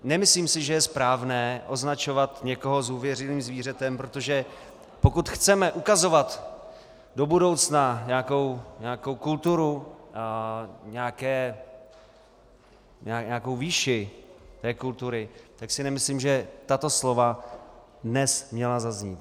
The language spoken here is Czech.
Nemyslím si, že je správné označovat někoho zhůvěřilým zvířetem, protože pokud chceme ukazovat do budoucna nějakou kulturu, nějakou výši té kultury, tak si nemyslím, že tato slova dnes měla zaznít.